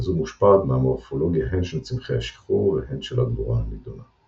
וזו מושפעת מהמורפולוגיה הן של צמחי השיחור והן של הדבורה הנדונה;